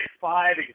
five